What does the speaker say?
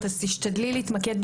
רשות התאגידים,